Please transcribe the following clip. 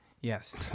yes